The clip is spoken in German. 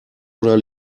oder